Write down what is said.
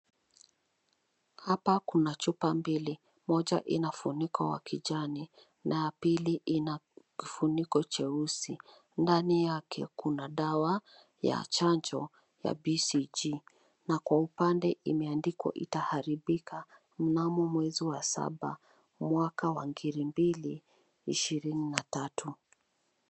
Hapa kuna chupa mbili moja ina funiko wa kijani na ya pili ina kifuniko cheusi ndani yake kuna dawa ya chanjo ya BCG na kwa upande imeandikwa itaharibika mnamo mwezi wa saba mwaka wa ngiri mbili ishirini na tatu.